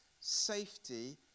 safety